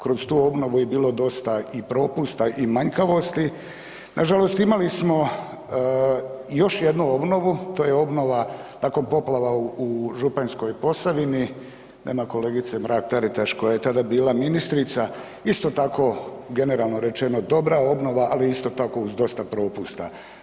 Kroz tu obnovu je bilo dosta i propusta i manjkavosti, nažalost imali smo još jednu obnovu, to je obnova nakon poplava u Županjskoj Posavini, nema kolegice Mrak Taritaš koja je tada bila ministrica, isto tako generalno rečeno dobra obnova, ali isto tako uz dosta propusta.